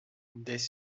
des